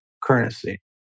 currency